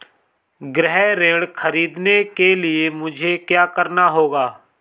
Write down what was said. गृह ऋण ख़रीदने के लिए मुझे क्या करना होगा?